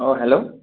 অঁ হেল্ল'